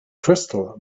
crystal